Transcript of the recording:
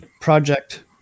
project